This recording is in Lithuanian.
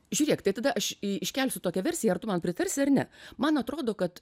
žiūrėk tai tada aš iškelsiu tokią versiją ar tu man pritarsi ar ne man atrodo kad